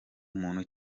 muntu